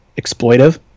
exploitive